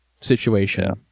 situation